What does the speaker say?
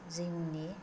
जिंनि